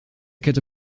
kette